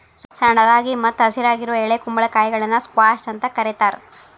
ಸಣ್ಣದಾಗಿ ಮತ್ತ ಹಸಿರಾಗಿರುವ ಎಳೆ ಕುಂಬಳಕಾಯಿಗಳನ್ನ ಸ್ಕ್ವಾಷ್ ಅಂತ ಕರೇತಾರ